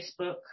Facebook